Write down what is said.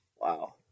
Wow